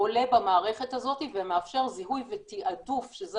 עולה במערכת הזאת ומאפשר זיהוי ותיעדוף שזה